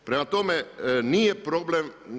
Prema tome, nije problem.